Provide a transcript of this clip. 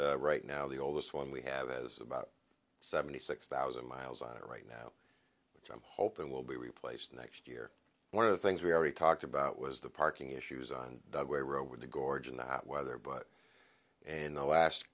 fleet right now the oldest one we have as about seventy six thousand miles on it right now which i'm hoping will be replaced next year one of the things we already talked about was the parking issues on the road with the gorge in that weather but in the last